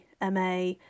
MA